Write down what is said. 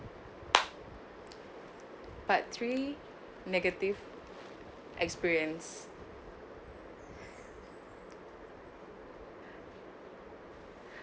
part three negative experience